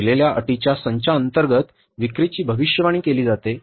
दिलेल्या अटींच्या संचाअंतर्गत विक्रीची भविष्यवाणी केली जाते